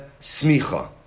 smicha